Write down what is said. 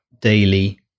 daily